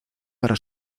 para